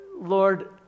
Lord